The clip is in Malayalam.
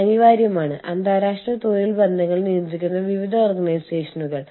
ഫേം Y1 രാജ്യത്തിന് പുറത്ത് സ്ഥിതി ചെയ്യുന്ന Y യുടെ ഒരു ഉപസ്ഥാപനമാണ്